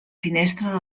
finestra